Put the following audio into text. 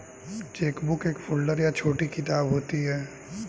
chequebook एक folder या छोटी किताब होती है